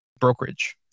brokerage